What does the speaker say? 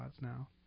now